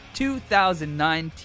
2019